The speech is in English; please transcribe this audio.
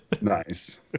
Nice